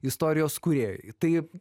istorijos kūrėjai tai